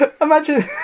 Imagine